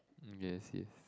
yes yes